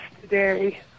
today